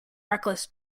reckless